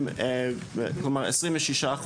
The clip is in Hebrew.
כלומר 26%,